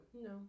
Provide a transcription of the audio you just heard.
No